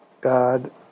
God